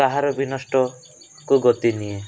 କାହାର ବି ନଷ୍ଟ କୁ ଗତି ନିଏ